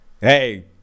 Hey